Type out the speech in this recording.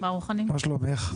מה שלומך?